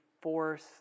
force